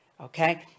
okay